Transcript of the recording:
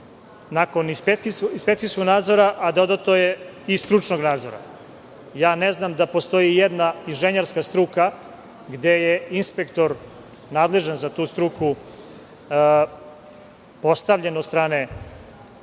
nakon inspekcijskog nadzora, a dodato je - i stručnog nadzora. Ne znam da postoji ijedna inženjerska struka gde je inspektor nadležan za tu struku postavljen od strane